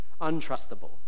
untrustable